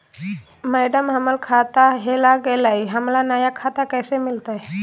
madam, हमर खाता हेरा गेलई, हमरा नया खाता कैसे मिलते